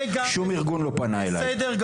שום ארגון לא פנה אליי.